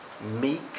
meek